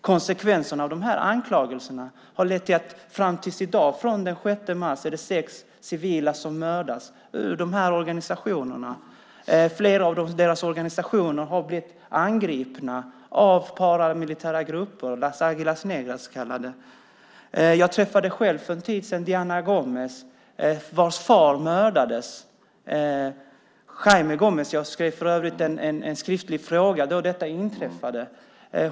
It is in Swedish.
Konsekvenserna av de här anklagelserna har varit att fram tills i dag från den 6 mars har sex civila ur de här organisationerna mördats. Flera av deras organisationer har blivit angripna av paramilitära grupper kallade Las Águilas Negras. Jag träffade själv för en tid sedan Diana Gomez, vars far, Jaime Gomez, mördades. Jag skrev för övrigt en skriftlig fråga då detta inträffade.